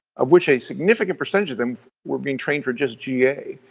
of which a significant percentage of them we're being trained for just ga